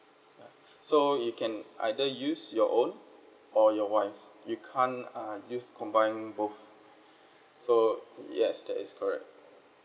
ya so you can either use your own or your wife you can't uh use combine both so yes that is correct